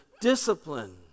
discipline